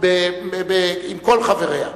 עם כל חבריה,